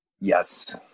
Yes